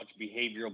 behavioral